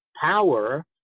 power